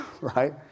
Right